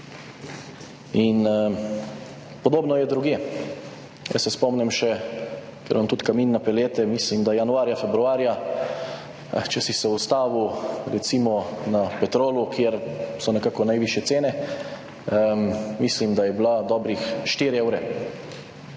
in podobno je drugje. Jaz se spomnim še, ker imam tudi kamin na pelete, mislim, da januarja, februarja, če si se ustavil recimo na Petrolu, kjer so nekako najvišje cene, mislim, da je bila dobrih 4 evre,